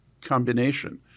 combination